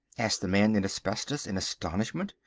asked the man in asbestos in astonishment.